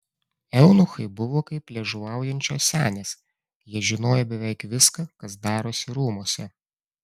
eunuchai buvo kaip liežuvaujančios senės jie žinojo beveik viską kas darosi rūmuose